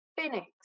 Phoenix